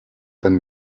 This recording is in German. dann